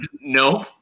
no